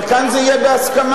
אבל כאן זה יהיה בהסכמה.